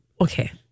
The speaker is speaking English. okay